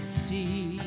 see